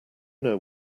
know